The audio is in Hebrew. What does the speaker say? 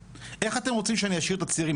איך אתם רוצים שאני אשאיר את הצעירים?